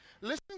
Listen